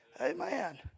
Amen